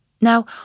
Now